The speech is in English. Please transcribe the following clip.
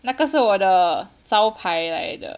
那个是我的招牌来的